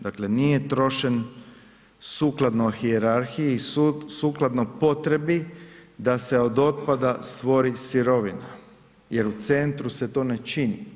Dakle, nije trošen sukladno hijerarhiji i sukladno potrebi da se od otpada stvori sirovina jer u centru se to ne čini.